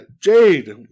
Jade